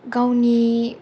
गावनि